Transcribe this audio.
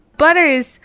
butter's